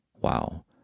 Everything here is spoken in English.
wow